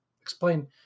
explain